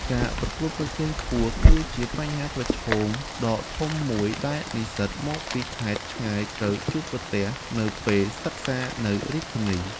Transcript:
ការប្រកួតប្រជែងខ្ពស់គឺជាបញ្ហាប្រឈមដ៏ធំមួយដែលនិស្សិតមកពីខេត្តឆ្ងាយត្រូវជួបប្រទះនៅពេលសិក្សានៅរាជធានី។